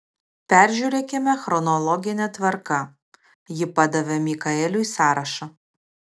peržiūrėkime chronologine tvarka ji padavė mikaeliui sąrašą